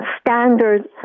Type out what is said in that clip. standards